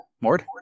Mord